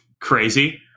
crazy